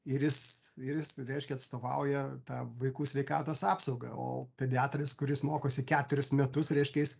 ir jis ir jis reiškia atstovauja tą vaikų sveikatos apsaugą o pediatras kuris mokosi keturis metus rieškia jis